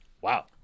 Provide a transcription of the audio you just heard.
Wow